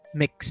mix